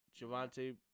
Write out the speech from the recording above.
Javante